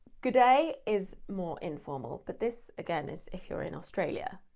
g'day is more informal. but this again is if you're in australia.